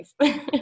life